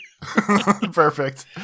Perfect